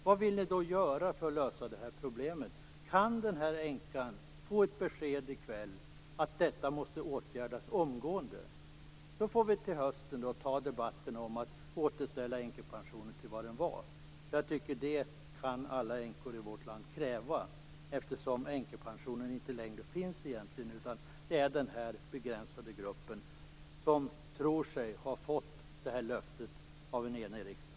Vad vill ni göra för att lösa problemet? Kan den här änkan få ett besked i kväll att detta måste åtgärdas omgående? Sedan får vi till hösten ta en debatt om att återställa änkepensionen till vad den var. Det kan alla änkor i vårt land kräva eftersom änkepensionen egentligen inte längre finns. Den här begränsade gruppen tror sig ha fått ett löfte av en enig riksdag.